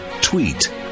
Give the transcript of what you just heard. tweet